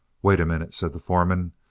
wait a minute, said the foreman,